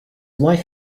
life